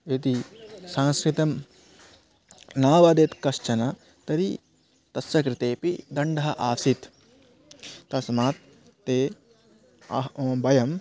यदि संस्कृतं न वदेत् कश्चन तर्हि तस्य कृतेपि दण्डः आसीत् तस्मात् ते अह् वयम्